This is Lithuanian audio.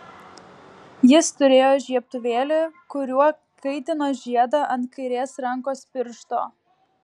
jis turėjo žiebtuvėlį kuriuo kaitino žiedą ant kairės rankos piršto